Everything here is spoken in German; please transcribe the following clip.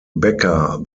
becker